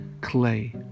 clay